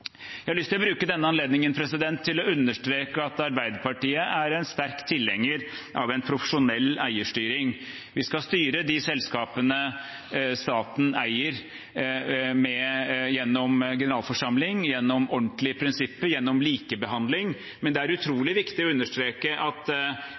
Jeg har lyst til å bruke denne anledningen til å understreke at Arbeiderpartiet er sterk tilhenger av en profesjonell eierstyring. Vi skal styre de selskapene staten eier, gjennom generalforsamling, gjennom ordentlige prinsipper, gjennom likebehandling, men det er